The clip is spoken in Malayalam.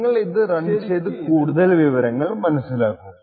നിങ്ങൾ ഇത് റൺ ചെയ്തു കൂടുതൽ വിവരങ്ങൾ മനസ്സിലാക്കൂ